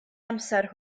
amser